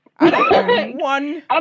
One